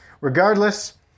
regardless